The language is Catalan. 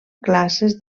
classes